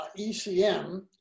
ECM